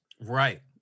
Right